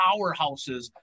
powerhouses